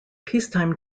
peacetime